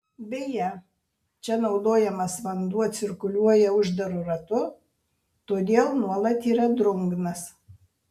beje čia naudojamas vanduo cirkuliuoja uždaru ratu todėl nuolat yra drungnas